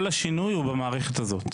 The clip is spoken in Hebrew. כל השינוי הוא במערכת הזאת.